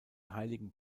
heiligen